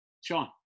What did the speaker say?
Sean